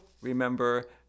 remember